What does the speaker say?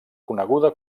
coneguda